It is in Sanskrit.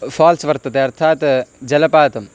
फ़ाल्स् वर्तते अर्थात् जलपातम्